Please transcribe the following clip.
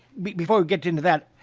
before we get into that